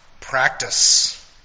practice